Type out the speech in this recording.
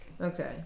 Okay